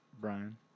Brian